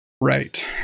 Right